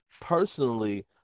personally